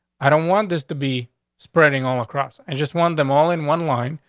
i don't want this to be spreading all across and just want them all in one line.